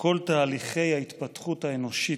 "כל תהליכי ההתפתחות האנושית,